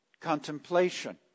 contemplation